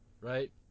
right